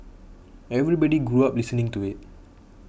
everybody grew up listening to it